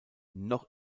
noch